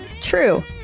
True